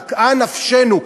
נקעה נפשנו.